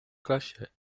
klasie